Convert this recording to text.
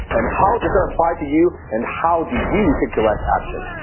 and how does that apply to you, and how do you take direct action?